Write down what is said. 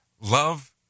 Love